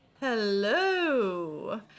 hello